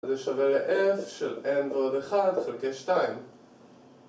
אז זה שווה ל-F של M ועוד אחד חלקי שתיים.